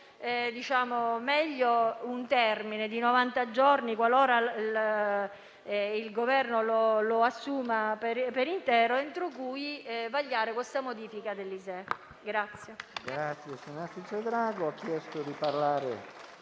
dettagliato meglio un termine di novanta giorni, qualora il Governo lo assuma per intero, entro cui vagliare questa modifica dell'ISEE.